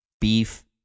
beef